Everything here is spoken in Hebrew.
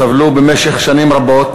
סבלו במשך שנים רבות,